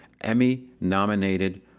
Emmy-nominated